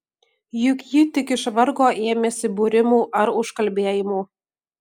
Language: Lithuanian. juk ji tik iš vargo ėmėsi būrimų ar užkalbėjimų